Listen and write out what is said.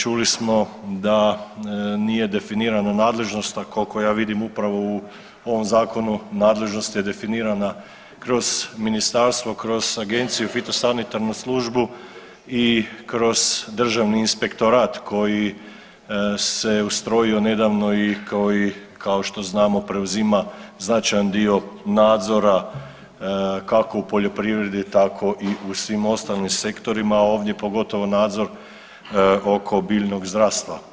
Čuli smo da nije definirana nadležnost, a koliko ja vidim upravo u ovom zakonu nadležnost je definirana kroz ministarstvo, kroz agenciju, fitosanitarnu službu i kroz Državni inspektorat koji se ustrojio nedavno kao i kao što znamo preuzima značajan dio nadzora kako u poljoprivredi, tako i u svim ostalim sektorima, ovdje pogotovo nadzor oko biljnog zdravstva.